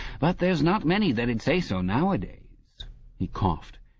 but there's not many that'd say so nowadays he coughed.